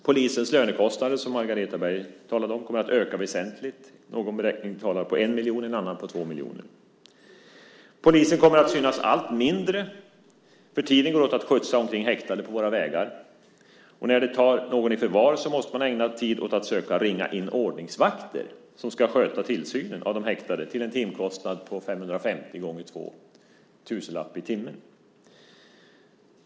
Polisens lönekostnader, som Margareta Kjellin talade om, kommer att öka väsentligt. Någon beräkning talar om 1 miljon, en annan 2 miljoner. Polisen kommer att synas allt mindre eftersom tiden går åt till att skjutsa omkring häktade på våra vägar. När man tar någon i förvar måste man ägna tid åt att försöka ringa in ordningsvakter som ska sköta tillsynen av de häktade till en timkostnad av 550 kr gånger två, alltså en tusenlapp i timmen.